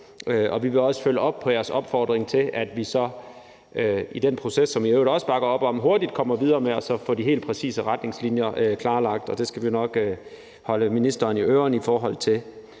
vi vil også følge op på jeres opfordring til, at vi i den proces, som jeg i øvrigt også bakker op om, hurtigt kommer videre med også at få de helt præcise retningslinjer klarlagt, og det skal vi nok holde ministeren i ørerne i forhold til.